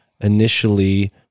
initially